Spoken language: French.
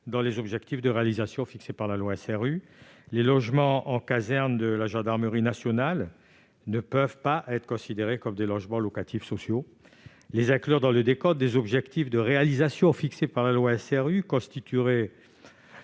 dans les objectifs de réalisation fixés par la loi SRU. Les logements en caserne de la gendarmerie nationale ne peuvent être considérés comme des logements locatifs sociaux. Les inclure dans le décompte des objectifs de réalisations fixés par la loi SRU constituerait-